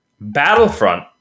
Battlefront